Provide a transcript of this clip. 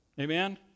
Amen